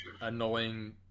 annoying